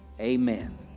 amen